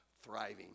thriving